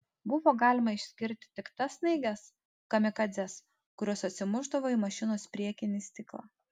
buvo galima išskirti tik tas snaiges kamikadzes kurios atsimušdavo į mašinos priekinį stiklą